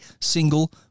single